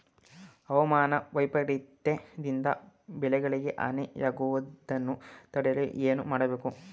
ಹವಾಮಾನ ವೈಪರಿತ್ಯ ದಿಂದ ಬೆಳೆಗಳಿಗೆ ಹಾನಿ ಯಾಗುವುದನ್ನು ತಡೆಯಲು ಏನು ಮಾಡಬೇಕು?